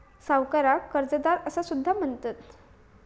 सावकाराक कर्जदार असा सुद्धा म्हणतत